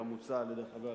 כמוצע על-ידי חבר הכנסת,